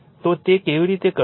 તો તે કેવી રીતે કરશે